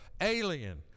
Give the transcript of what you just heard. alien